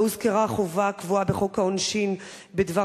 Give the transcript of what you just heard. לא הוזכרה החובה הקבועה בחוק העונשין בדבר